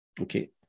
Okay